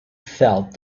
felt